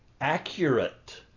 accurate